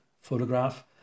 photograph